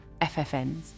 FFNs